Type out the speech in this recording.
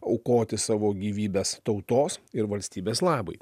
aukoti savo gyvybes tautos ir valstybės labui